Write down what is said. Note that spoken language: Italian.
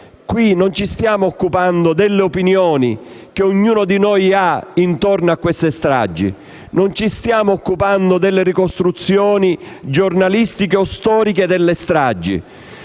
qui non ci stiamo occupando delle opinioni che ognuno di noi ha intorno a queste stragi. Non ci stiamo occupando delle ricostruzioni giornalistiche o storiche delle stragi.